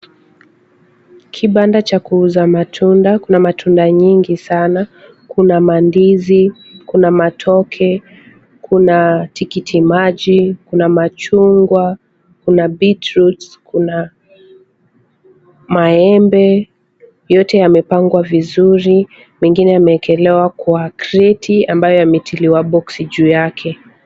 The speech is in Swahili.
Kibanda cha kuuza matunda. Kuna matunda nyingi sana, kuna mandizi, kuna matoke, kuna tikiti maji, kuna machungwa, kuna beetroots , kuna maembe. Yote yamepangwa vizuri, mengine yameekelewa kwa kreti ambayo yametiliwa boxi juu yake.